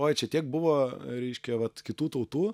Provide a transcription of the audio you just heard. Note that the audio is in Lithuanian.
oi čia tiek buvo reiškia vat kitų tautų